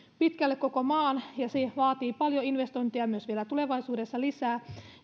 pitkälle koko maan ja vaatii paljon investointeja myös vielä tulevaisuudessa lisää